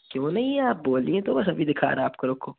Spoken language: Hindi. क्यों नहीं है आप बोलिए तो बस अभी दिखा रहा आपको रुको